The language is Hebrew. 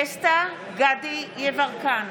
דסטה גדי יברקן,